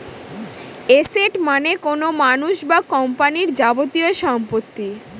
asset মানে কোনো মানুষ বা কোম্পানির যাবতীয় সম্পত্তি